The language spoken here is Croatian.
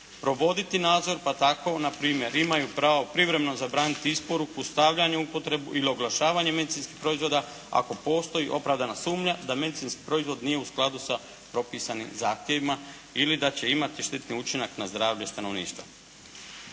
provoditi nadzor. Pa tako npr. imaju pravo privremeno zabraniti isporuku, stavljanje u upotrebu ili oglašavanje medicinskih proizvoda ako postoji opravdana sumnja da medicinski proizvod nije u skladu sa propisanim zahtjevima ili da će imati štitni učinak na zdravlje stanovništva.